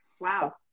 Wow